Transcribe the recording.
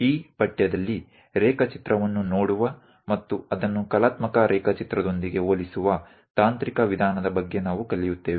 ಈ ಪಠ್ಯದಲ್ಲಿ ರೇಖಾಚಿತ್ರವನ್ನು ನೋಡುವ ಮತ್ತು ಅದನ್ನು ಕಲಾತ್ಮಕ ರೇಖಾಚಿತ್ರದೊಂದಿಗೆ ಹೋಲಿಸುವ ತಾಂತ್ರಿಕ ವಿಧಾನದ ಬಗ್ಗೆ ನಾವು ಕಲಿಯುತ್ತೇವೆ